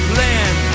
land